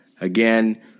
Again